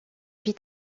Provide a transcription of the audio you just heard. vie